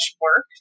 work